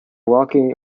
walking